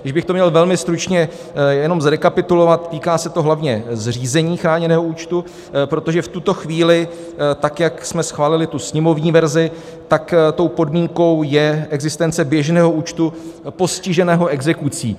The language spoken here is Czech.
Když bych to měl velmi stručně jenom zrekapitulovat, týká se to hlavně zřízení chráněného účtu, protože v tuto chvíli tak, jak jsme schválili sněmovní verzi, podmínkou je existence běžného účtu postiženého exekucí.